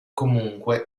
comunque